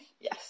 Yes